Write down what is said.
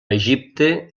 egipte